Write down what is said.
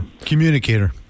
Communicator